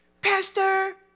pastor